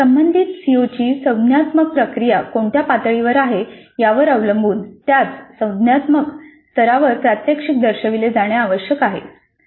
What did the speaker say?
संबंधित सीओची संज्ञानात्मक प्रक्रिया कोणत्या पातळीवर आहे यावर अवलंबून त्याच संज्ञानात्मक स्तरावर प्रात्यक्षिक दर्शविले जाणे आवश्यक आहे